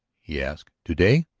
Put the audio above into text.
he asked. to-day?